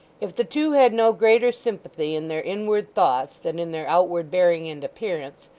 if the two had no greater sympathy in their inward thoughts than in their outward bearing and appearance,